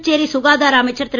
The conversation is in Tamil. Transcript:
புதுச்சேரி சுகாதார அமைச்சர் திரு